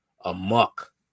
amok